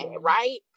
right